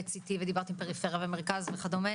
PET-CT ודיברתם פריפריה ומרכז וכדומה,